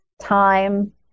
time